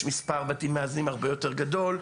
יש מספר בתים מאזנים הרבה יותר גדול.